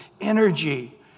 energy